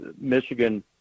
Michigan